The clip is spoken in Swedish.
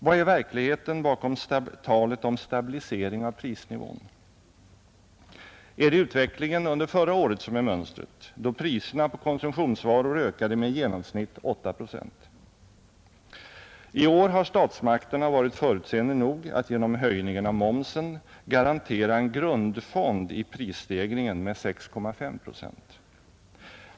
Vad är verkligheten bakom talet om stabilisering av prisnivån? Är det utvecklingen under förra året som är mönstret, då priserna på konsumtionsvaror ökade med i genomsnitt 8 procent? I år har statsmakterna varit förutseende nog att genom höjningen av momsen garantera en grundfond i prisstegringen med 6,5 procent.